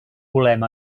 volem